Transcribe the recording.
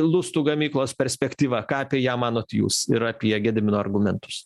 lustų gamyklos perspektyva ką apie ją manot jūs ir apie gedimino argumentus